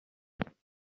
nyakanga